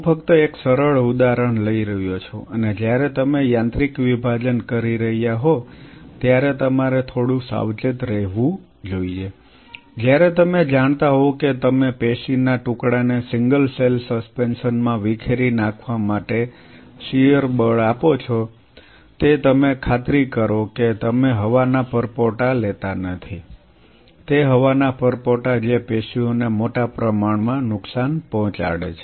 હું ફક્ત એક સરળ ઉદાહરણ લઈ રહ્યો છું અને જ્યારે તમે યાંત્રિક વિભાજન કરી રહ્યા હોવ ત્યારે તમારે થોડું સાવચેત રહેવું જોઈએ જ્યારે તમે જાણતા હોવ કે તમે પેશીના ટુકડાને સિંગલ સેલ સસ્પેન્શન માં વિખેરી નાખવા માટે શીયર બળ આપો છો ત્યારે તમે ખાતરી કરો કે તમે હવાના પરપોટા લેતા નથી તે હવાના પરપોટા જે પેશીઓને મોટા પ્રમાણમાં નુકસાન પહોંચાડે છે